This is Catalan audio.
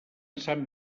sant